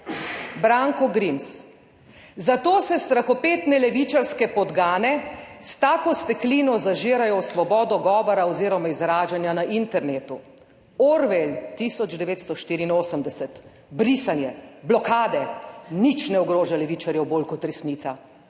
Branko Grims: "Zato se strahopetne levičarske podgane s tako steklino zažirajo v svobodo govora oziroma izražanja na internetu." Orwell, 1984. Brisanje, blokade nič ne ogroža levičarjev bolj kot resnica,